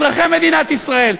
אזרחי מדינת ישראל.